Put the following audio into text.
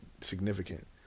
significant